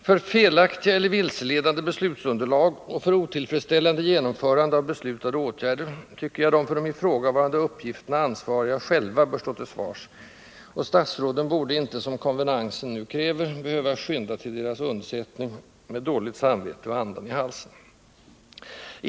För felaktiga eller vilseledande beslutsunderlag och för otillfredsställande genomförande av beslutade åtgärder tycker jag att de för de ifrågavarande uppgifterna ansvariga själva bör stå till svars, och statsråden borde inte — som konvenansen nu kräver — behöva skynda till deras undsättning med dåligt samvete och andan i halsen.